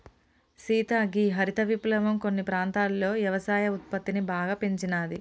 సీత గీ హరిత విప్లవం కొన్ని ప్రాంతాలలో యవసాయ ఉత్పత్తిని బాగా పెంచినాది